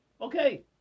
Okay